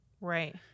Right